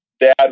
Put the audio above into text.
dad